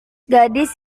gadis